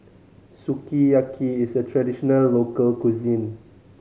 sukiyaki is a traditional local cuisine